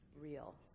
real